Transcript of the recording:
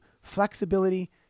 flexibility